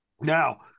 now